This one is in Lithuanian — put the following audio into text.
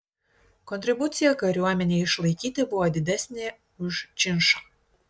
kontribucija kariuomenei išlaikyti buvo didesnė už činšą